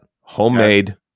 homemade